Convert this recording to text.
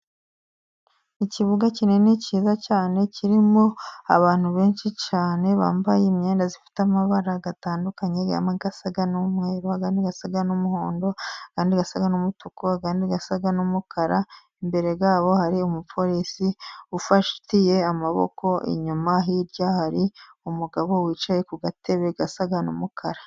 Ikibuga kinini cyiza cyane kirimo abantu benshi cyane bambaye imyenda ifite amabara gatandukanye asa n'umweru, asa n'umuhondo, kandi asa n'umutuku, asa n'umukara. Imbere yabo hari umupolisi ufatiye amaboko inyuma, hirya hari umugabo wicaye ku gatebe gasa n'umukara.